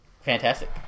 fantastic